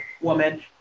woman